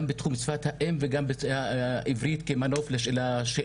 גם בתחום שפת האם וגם עברית כמנוף להשתלבות